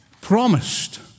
promised